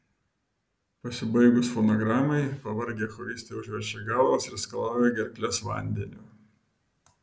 pasibaigus fonogramai pavargę choristai užverčia galvas ir skalauja gerkles vandeniu